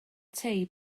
tei